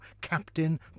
captain